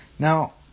Now